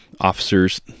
officers